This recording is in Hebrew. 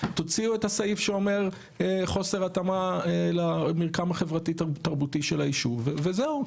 תוציאו את הסעיף שאומר חוסר התאמה למרקם החברתי תרבותי של הישוב וזהו.